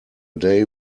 day